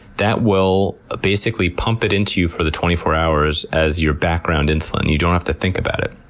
that will, basically, pump it into you for the twenty four hours as your background insulin. you don't have to think about it.